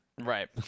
Right